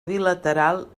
bilateral